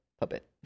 puppet